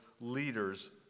leaders